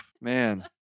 man